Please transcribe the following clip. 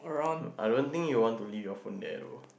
I don't think you want to leave you food there lor